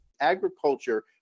Agriculture